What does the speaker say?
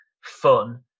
fun